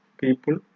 people